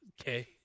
Okay